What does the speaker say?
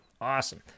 Awesome